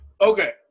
okay